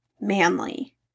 manly